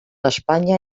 espanya